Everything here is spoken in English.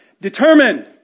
Determined